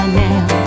now